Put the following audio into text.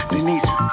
Denise